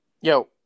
Yo